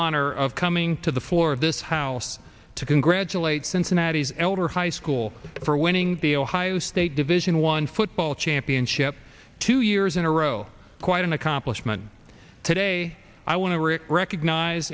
honor of coming to the floor of this house to congratulate cincinnati's elder high school for winning the ohio state division one football championship two years in a row quite an accomplishment today i want to rick recognize